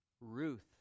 Ruth